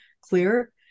clear